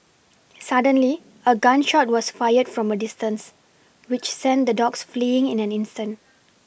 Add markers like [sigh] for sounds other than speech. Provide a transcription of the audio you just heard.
suddenly a gun shot was fired from a distance which sent the dogs fleeing in an instant [noise]